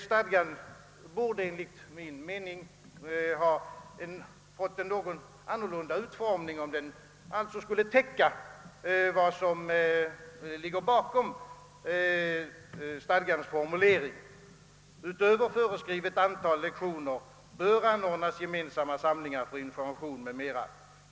Stadgan borde enligt min mening ha fått en något annan utformning, om den skulle täcka vad som ligger bakom dess formulering, exempelvis följande: »Utöver föreskrivet antal lektioner bör anordnas gemensamma samlingar för information m.m.